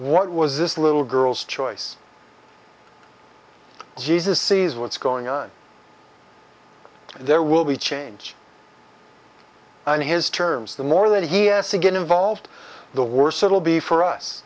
what was this little girl's choice jesus sees what's going on there will be change on his terms the more that he has to get involved the worse it will be for us